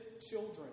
children